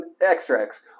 extracts